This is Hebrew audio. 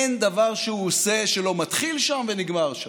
אין דבר שהוא עושה שלא מתחיל שם ונגמר שם: